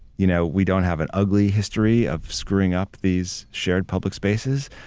you know, we don't have an ugly history of screwing up these shared public spaces,